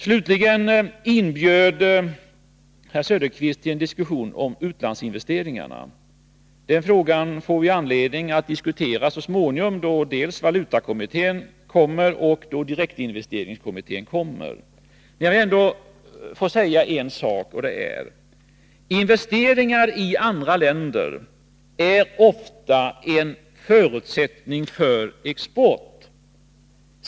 Slutligen inbjöd herr Söderqvist till en diskussion om utlandsinvesteringarna. Den frågan får vi anledning att diskutera när så småningom dels valutakommittén, dels direktinvesteringskommittén lägger fram sina resultat. Låt mig ändå framhålla en sak, nämligen att investeringar i andra länder ofta är en förutsättning för export.